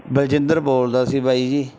ਬਲਜਿੰਦਰ ਬੋਲਦਾ ਸੀ ਬਾਈ ਜੀ